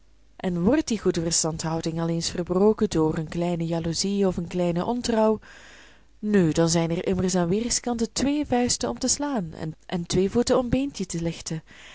en wordt die goede verstandhouding al eens verbroken door eene kleine jaloezie of een kleine ontrouw nu dan zijn er immers aan weerskanten twee vuisten om te slaan en twee voeten om beentje te lichten